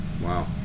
Wow